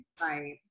Right